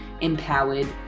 empowered